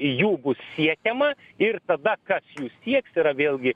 jų bus siekiama ir tada kas jų sieks yra vėlgi